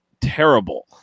terrible